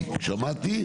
אני שמעתי,